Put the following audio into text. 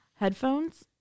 Headphones